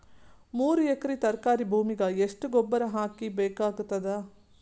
ಮೂರು ಎಕರಿ ತರಕಾರಿ ಭೂಮಿಗ ಎಷ್ಟ ಗೊಬ್ಬರ ಹಾಕ್ ಬೇಕಾಗತದ?